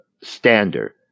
standard